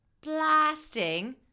blasting